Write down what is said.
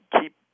keep